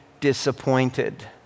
disappointed